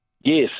Yes